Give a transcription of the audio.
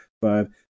five